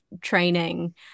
training